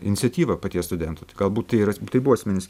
iniciatyva paties studento tai galbūt tai yra tai buvo esminis